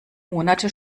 monate